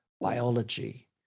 biology